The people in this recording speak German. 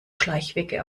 schleichwege